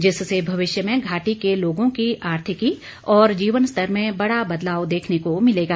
जिससे भविष्य में घाटी के लोगों की आर्थिकी और जीवन स्तर में बड़ा बदलाव देखने को मिलेगा